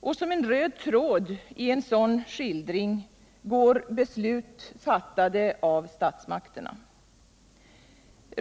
Och som en röd tråd i en sådan skildring går beslut fattade av statsmakterna.